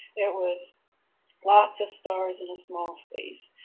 it was lots of stars in a small space,